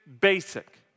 basic